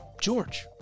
George